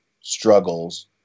struggles